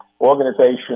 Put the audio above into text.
organization